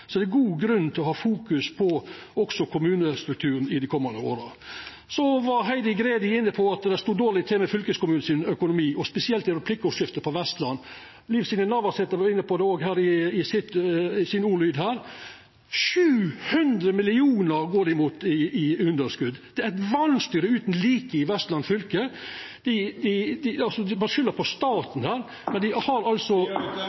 er god grunn til å fokusera på kommunestrukturen også i dei komande åra. Representanten Heidi Greni var inne på at det står dårleg til med økonomien til fylkeskommunane, spesielt i replikkordskiftet om Vestland. Liv Signe Navarsete var òg inne på det i sitt innlegg nettopp: Dei går mot eit underskot på 700 mill. kr! Det er eit vanstyre utan like i Vestland fylke. Ein skyldar på staten , men dei har altså